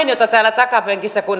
mitä täällä takapenkissä kun